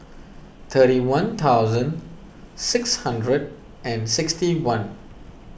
thirty one thousand six hundred and sixty one